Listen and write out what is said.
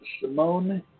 Simone